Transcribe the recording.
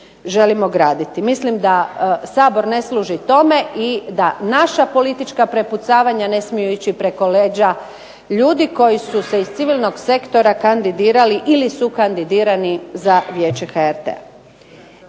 želimo graditi. Mislim da Sabor ne služi tome i da naša politička prepucavanja ne smiju ići preko leđa ljudi koji su se iz civilnog sektora kandidirali ili su kandidirani za Vijeće HRT-a.